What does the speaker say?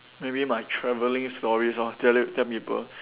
maybe my travelling stories lor tell it tell people